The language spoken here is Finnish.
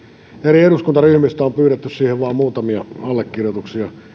eri eduskuntaryhmistä on pyydetty siihen vain muutamia allekirjoituksia